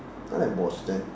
I like boston